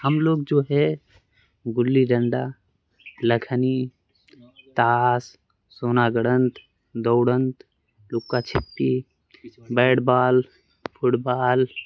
ہم لوگ جو ہے گلی ڈنڈا لکھنی ٹاس سونا گرنتھ دوڑنت لکا چھپی بیٹ بال فٹ بال